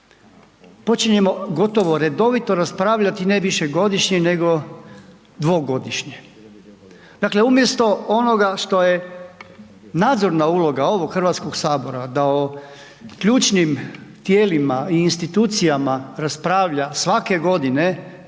počinjemo gotovo redovito raspravljati ne višegodišnje nego dvogodišnje. Dakle, umjesto onoga što je nadzora uloga ovog Hrvatskog sabora da o ključnim tijelima i institucijama raspravlja svake godine